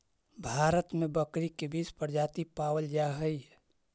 भारत में बकरी के बीस प्रजाति पावल जा हइ